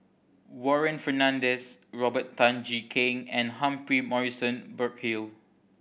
Warren Fernandez Robert Tan Jee Keng and Humphrey Morrison Burkill